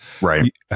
right